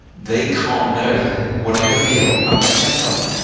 they can't know what i feel unless i tell them.